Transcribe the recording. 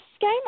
game